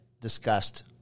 discussed